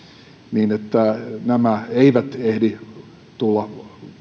niin että vaikutukset eivät ehdi tulla